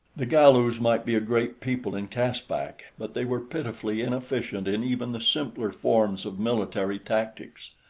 the galus might be a great people in caspak but they were pitifully inefficient in even the simpler forms of military tactics.